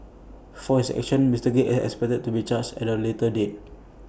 for his actions Mister gill is expected to be charged at A later date